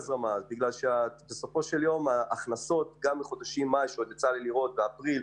בגלל שבסופו של יום הכנסות גם בחודש מאי האחרון היו יותר גבוהות מהצפוי.